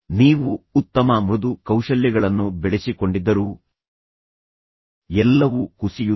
ನೀವು ಉತ್ತಮ ಮೃದು ಕೌಶಲ್ಯಗಳನ್ನು ಬೆಳೆಸಿಕೊಂಡಿದ್ದರೂ ಎಲ್ಲವೂ ಕುಸಿಯುತ್ತದೆ